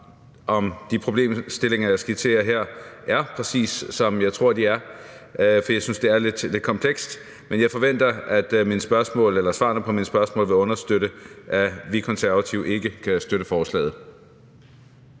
om de problemstillinger, jeg skitserer her, er præcis, som jeg tror de er, for jeg synes, det er lidt komplekst. Men jeg forventer, at svarene på mine spørgsmål vil understøtte, at vi Konservative ikke kan støtte forslaget.